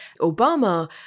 Obama